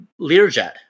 Learjet